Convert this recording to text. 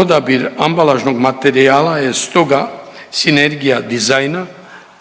Odabir ambalažnog materijala je stoga sinergija dizajna